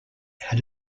had